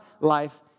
life